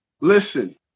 Listen